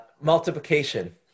multiplication